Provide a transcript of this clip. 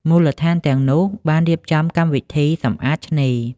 មូលដ្ឋានទាំងនោះបានរៀបចំកម្មវិធីសម្អាតឆ្នេរ។